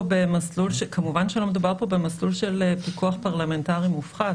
כמובן שלא מדובר פה במסלול של פיקוח פרלמנטרי מופחת.